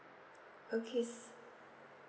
okay